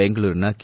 ಬೆಂಗಳೂರಿನ ಕೆ